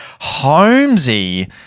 Holmesy